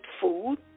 food